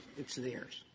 it's theirs.